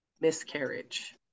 Miscarriage